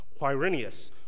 Quirinius